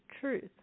truth